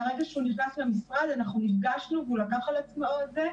מהרגע שהוא נכנס למשרד אנחנו נפגשנו והוא לקח על עצמו את זה.